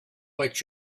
what